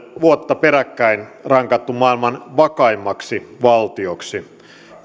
vuotta peräkkäin rankattu maailman vakaimmaksi valtioksi